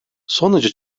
sonucu